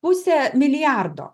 pusę milijardo